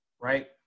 right